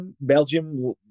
Belgium